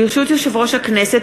ברשות יושב-ראש הכנסת,